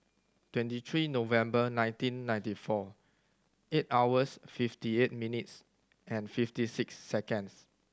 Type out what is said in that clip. twenty three November nineteen ninety four eight hours fifty eight minutes and fifty six seconds